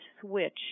switch